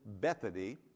Bethany